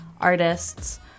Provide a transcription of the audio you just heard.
Artists